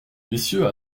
messieurs